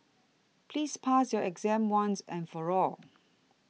please pass your exam once and for all